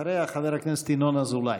אחריה, חבר הכנסת ינון אזולאי.